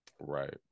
Right